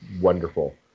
wonderful